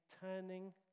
turning